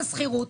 לכן השכירות.